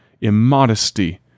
immodesty